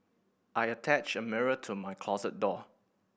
I attached a mirror to my closet door